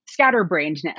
scatterbrainedness